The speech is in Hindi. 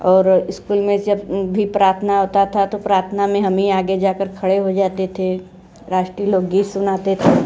और इस्कूल में जब भी प्रार्थना होती था तो प्रार्थना में हम ही आगे जा कर खड़े हो जाते थे राष्ट्रीय लोकगीत सुनाते थे